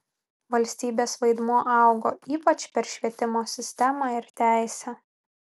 valstybės vaidmuo augo ypač per švietimo sistemą ir teisę